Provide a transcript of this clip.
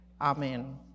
Amen